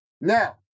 Now